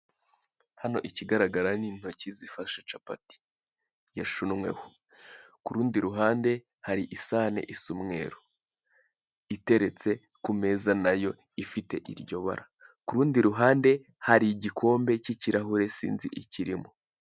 Hano ikigaragara ni intoki zifashe capati yashunweho, ku rundi ruhande hari isahane isa umweru iteretse ku meza nayo ifite iryo bara, kurundi ruhande hari igikombe cy'ikirahure sinzi ikirimo.